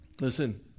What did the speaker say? Listen